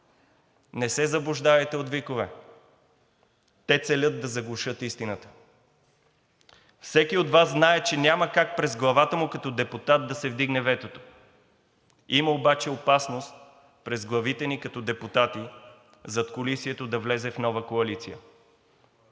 Не се заблуждавайте от викове – те целят да заглушат истината. Всеки от Вас знае, че няма как през главата му като депутат да се вдигне ветото, но има обаче опасност през главите ни като депутати задкулисието да влезе в нова коалиция.